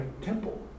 temple